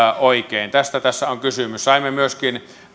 oikein tästä tässä on kysymys saimme myöskin